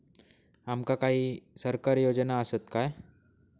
आमका काही सरकारी योजना आसत काय?